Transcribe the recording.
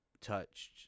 touched